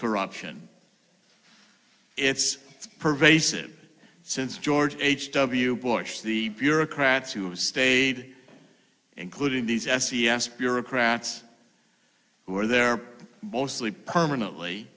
corruption it's pervasive since george h w bush the bureaucrats who stayed including these s e s bureaucrats who are there mostly permanently